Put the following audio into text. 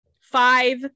Five